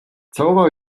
całował